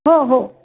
हो हो